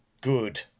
good